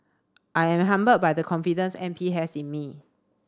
I'm humbled by the confidence M P has in me